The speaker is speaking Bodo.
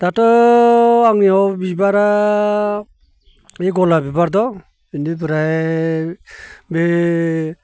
दाथ' आंनियाव बिबारा बे गलाब बिबार दं बिनिफ्राय बे